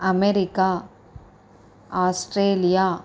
America Australia